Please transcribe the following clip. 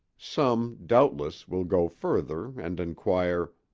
some, doubtless, will go further and inquire,